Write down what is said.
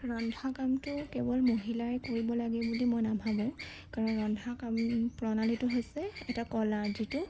ৰন্ধা কামটো কেৱল মহিলাই কৰিব লাগে বুলি মই নাভাবোঁ কাৰণ ৰন্ধা কাম প্ৰণালীটো হৈছে এটা কলা যিটো